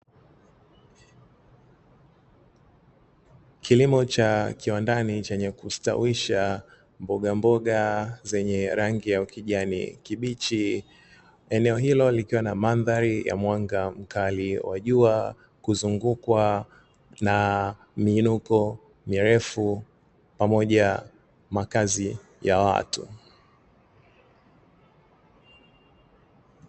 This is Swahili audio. Kilimo cha kiwandani chenye kustawisha mbogamboga zenye rangi ya kijani kibichi, eneo hilo likiwa mandhari ya mwanga mkali wa jua kuzungukwa na miinuko mirefu pamoja makazi ya watu.